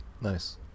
Nice